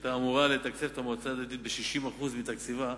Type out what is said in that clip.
שהיתה אמורה לתקצב את המועצה הדתית ב-60% מתקציבה,